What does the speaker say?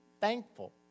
thankful